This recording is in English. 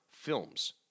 films